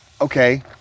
okay